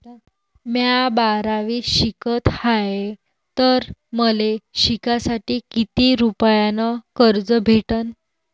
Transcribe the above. म्या बारावीत शिकत हाय तर मले शिकासाठी किती रुपयान कर्ज भेटन?